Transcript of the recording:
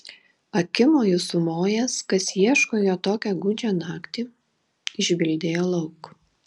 akimoju sumojęs kas ieško jo tokią gūdžią naktį išbildėjo lauk